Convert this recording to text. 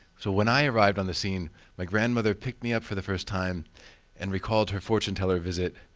so, when i arrived on the scene my grandmother picked me up for the first time and recalled her fortune teller visit.